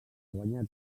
guanyar